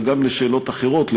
אלא גם לשאלות אחרות.